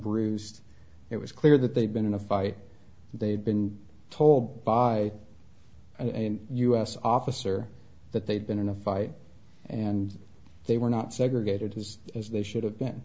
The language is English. bruised it was clear that they'd been in a fight they'd been told by a u s officer that they'd been in a fight and they were not segregated is as they should have been